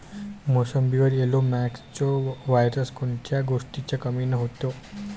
मोसंबीवर yellow mosaic virus कोन्या गोष्टीच्या कमीनं होते?